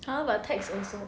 !huh! but tax also